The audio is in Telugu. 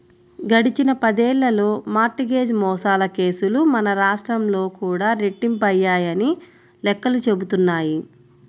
గడిచిన పదేళ్ళలో మార్ట్ గేజ్ మోసాల కేసులు మన రాష్ట్రంలో కూడా రెట్టింపయ్యాయని లెక్కలు చెబుతున్నాయి